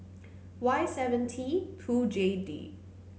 Y seven T two J D